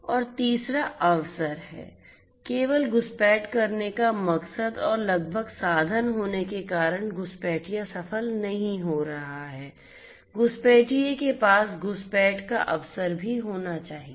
और तीसरा अवसर है केवल घुसपैठ करने का मकसद और लगभग साधन होने के कारण घुसपैठिया सफल नहीं हो रहा है घुसपैठिए के पास घुसपैठ का अवसर भी होना चाहिए